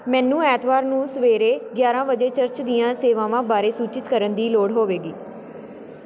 ਮੈਨੂੰ ਐਤਵਾਰ ਨੂੰ ਸਵੇਰੇ ਗਿਆਰਾਂ ਵਜੇ ਚਰਚ ਦੀਆਂ ਸੇਵਾਵਾਂ ਬਾਰੇ ਸੂਚਿਤ ਕਰਨ ਦੀ ਲੋੜ ਹੋਵੇਗੀ